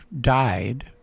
died